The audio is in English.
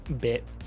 bit